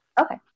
okay